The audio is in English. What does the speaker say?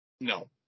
No